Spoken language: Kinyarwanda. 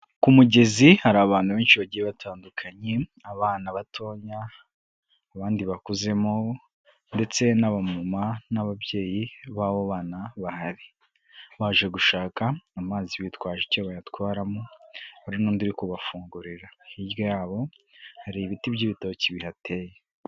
Ku mugezi hari abantu benshi bagiye batandukanye, abana batoya, abandi bakuzemo, ndetse n'abamama n'ababyeyi b'abo bana bahari baje gushaka amazi bitwaje icyo bayatwaramo hari n'undi uri kubafungurira, hirya y'abo hari ibiti by'ibitoki bihateye.